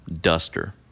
duster